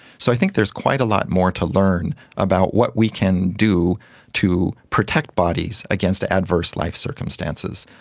so i think there's quite a lot more to learn about what we can do to protect bodies against adverse life circumstances.